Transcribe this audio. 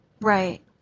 Right